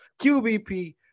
QBP